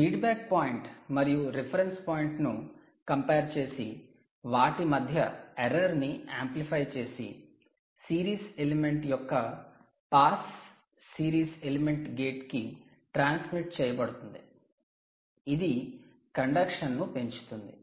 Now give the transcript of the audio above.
feedback point మరియు reference point ను compare చేసి వాటి మధ్య ఎర్రర్ ని యాంప్లిఫై చేసి సిరీస్ ఎలిమెంట్ యొక్క 'పాస్ సిరీస్ ఎలిమెంట్ గేట్' కి ట్రాన్స్మిట్ చేయబడుతుంది ఇది కండెక్షన్ ను పెంచుతుంది